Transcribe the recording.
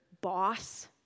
boss